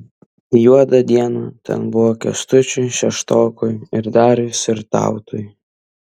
juoda diena ten buvo kęstučiui šeštokui ir dariui sirtautui